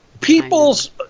People's